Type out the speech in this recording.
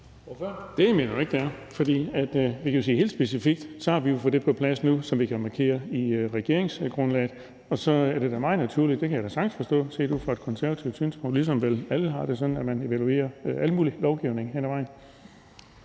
Det mener jeg nu ikke det er, for man kan jo sige helt specifikt, at vi har fået det på plads nu, som vi har markeret i regeringsgrundlaget. Og så er det da meget naturligt, at man set ud fra et konservativt synspunkt vil evaluere al mulig lovgivning hen ad vejen.